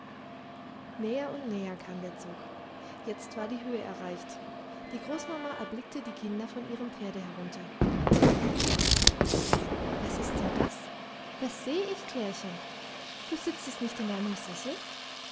näher und näher kam der zug jetzt war die höhe erreicht die großmama erblickte die kinder von ihrem pferde herunter was ist denn das was seh ich klärchen du sitzest nicht in deinem sessel